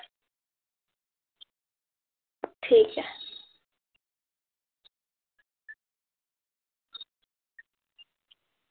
ठीक ऐ